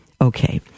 okay